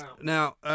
now